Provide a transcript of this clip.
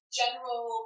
general